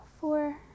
four